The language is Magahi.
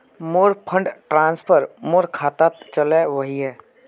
मोर फंड ट्रांसफर मोर खातात चले वहिये